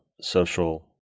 social